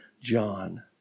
John